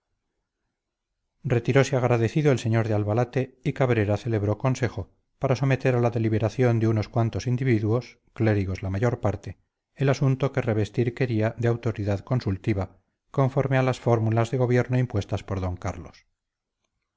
berrinche adiós retirose agradecido el señor de albalate y cabrera celebró consejo para someter a la deliberación de unos cuantos individuos clérigos la mayor parte el asunto que revestir quería de autoridad consultiva conforme a las fórmulas de gobierno impuestas por d carlos